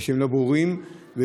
שהם לא ברורים, לא רק שם אלא בכל הארץ.